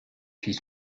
his